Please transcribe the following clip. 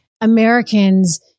Americans